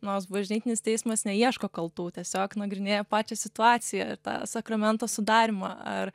nors bažnytinis teismas neieško kaltų tiesiog nagrinėja pačią situaciją ir tą sakramento sudarymą ar